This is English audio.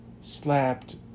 slapped